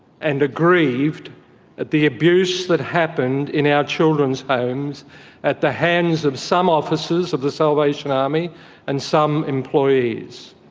and aggrieved at the abuse that happened in our children's homes at the hands of some officers of the salvation army and some employees.